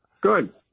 Good